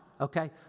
okay